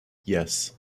yes